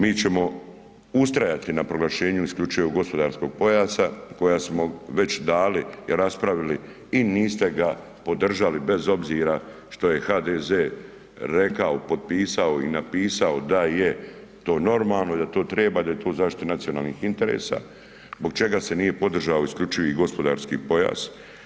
Mi ćemo ustrajati na proglašenju isključivog gospodarskog pojasa kojeg smo već dali i raspravili i niste ga podržali bez obzira što je HDZ rekao, potpisao i napisao da je to normalno i da to treba i da je to u zaštiti nacionalnih interesa, zbog čega se nije podržao isključivi gospodarski pojas.